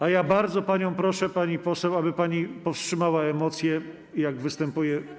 A ja bardzo panią proszę, pani poseł, aby pani powstrzymała emocje, jak występuje.